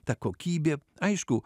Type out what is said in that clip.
ta kokybė aišku